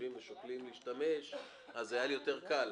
חושבים ושוקלים להשתמש אז היה לי יותר קל.